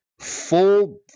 Full